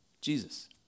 Jesus